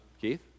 Keith